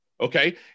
Okay